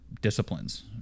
disciplines